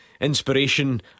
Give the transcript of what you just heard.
inspiration